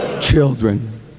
children